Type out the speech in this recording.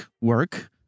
work